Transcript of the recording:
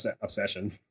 obsession